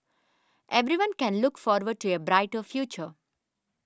everyone can look forward to a brighter future